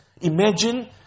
Imagine